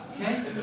Okay